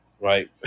right